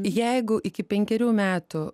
jeigu iki penkerių metų